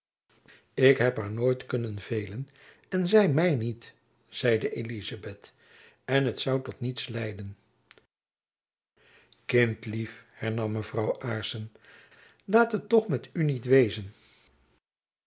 ik heb haar nooit kunnen veelen en zy my niet zeide elizabeth en t zoû tot niets leiden kindlief hernam mevrouw aarssen laat het toch met u niet wezen